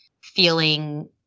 feeling